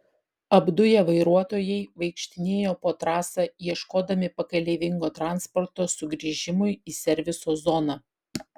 apduję vairuotojai vaikštinėjo po trasą ieškodami pakeleivingo transporto sugrįžimui į serviso zoną